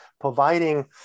providing